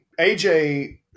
AJ